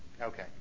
Okay